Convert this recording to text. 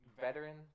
veteran